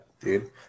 dude